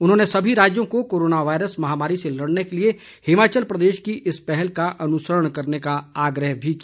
उन्होंने सभी राज्यों को कोरोना वायरस महामारी से लड़ने के लिए हिमाचल प्रदेश की इस पहल का अनुसरण करने का आग्रह भी किया